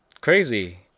crazy